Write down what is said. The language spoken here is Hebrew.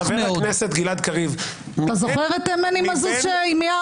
חבר הכנסת גלעד קריב --- אתה זוכר את מני מזוז שמיארה